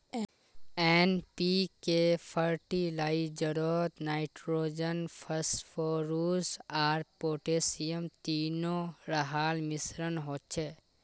NPK फ़र्टिलाइज़रोत nitrogen, phosphorus आर potassium तीनो रहार मिश्रण होचे